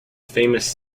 famous